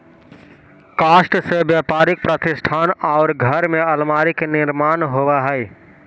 काष्ठ से व्यापारिक प्रतिष्ठान आउ घर में अल्मीरा के निर्माण होवऽ हई